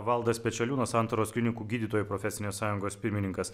valdas pečeliūnas santaros klinikų gydytojų profesinės sąjungos pirmininkas